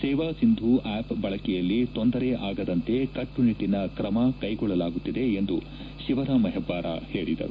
ಸೇವಾ ಸಿಂಧು ಆಪ್ ಬಳಕೆಯಲ್ಲಿ ತೊಂದರೆ ಆಗದಂತೆ ಕಟ್ಟುನಿಟ್ಟಿನ ಕ್ರಮಕೈಗೊಳ್ಳಲಾಗುತ್ತಿದೆ ಎಂದು ಶಿವರಾಮ ಹೆಬ್ಬಾರ ಹೇಳಿದರು